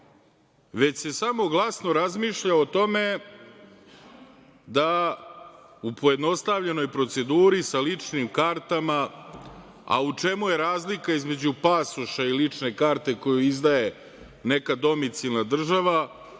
već se samo glasno razmišlja o tome da u pojednostavljenoj proceduri sa ličnim kartama. A u čemu je razlika između pasoša i lične karte koju izdaje neka domicijalna država,